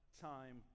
time